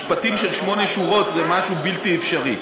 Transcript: משפטים של שמונה שורות זה משהו בלתי אפשרי.